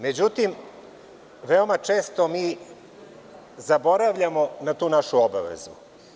Međutim, veoma često zaboravljamo na tu našu obavezu.